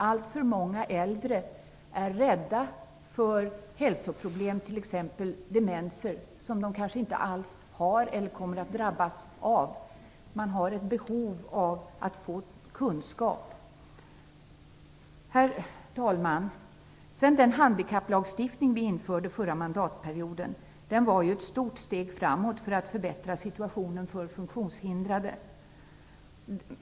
Alltför många äldre är rädda för hälsoproblem, t.ex. demenser, som de kanske inte alls har eller kommer att drabbas av. Det finns ett behov av att få kunskap. Herr talman! Den handikapplagstiftning som vi införde under den förra mandatperioden var ju ett stort steg framåt för att förbättra situationen för funktionshindrade.